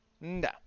No